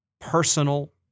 personal